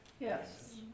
Yes